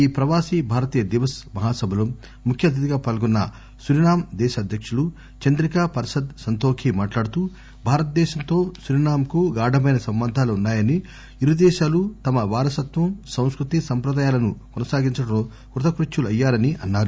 ఈ ప్రవాసీ భారతీయ దివస్ మహా సభలో ముఖ్య అతిథిగా పాల్గొన్న సురినామ్ దేశ అధ్యకులు చంద్రికా పర్పద్ సంతోఖీ మాట్లాడుతూ భారతదేశంతో సురినామ్ కు గాఢమైన సంబంధాలు ఉన్నాయని ఇరు దేశాలు తమ వారసత్వం సంస్కృతి సంప్రదాయాలను కొనసాగించడంలో కృతకృత్యులు అయ్యారని అన్సారు